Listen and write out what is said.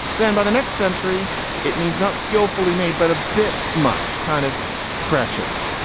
then by the next century it means not skillfully made, but a bit much kind of precious.